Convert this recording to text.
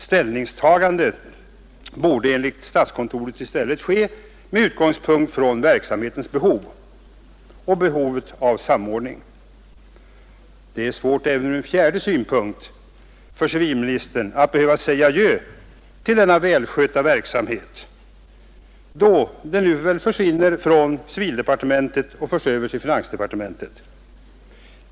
Ställningstagandet borde enligt statskontoret i stället ske med utgångspunkt i verksamhetens behov och behovet av samordning. Det är svårt även ur en fjärde synpunkt; civilministern måste nu säga adjö till denna välskötta verksamhet, då den försvinner från civildepartementet och förs över till finansdepartementet.